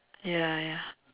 ya ya